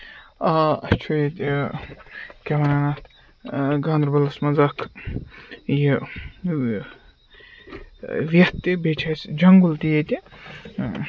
آ اَسہِ چھُ ییٚتہِ کیٛاہ وَنان اَتھ گانٛدربَلَس منٛز اکھ یہِ وٮ۪تھ تہِ بیٚیہِ چھِ اَسہِ جنگُل تہِ ییٚتہِ